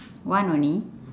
one only